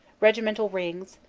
regimental rings,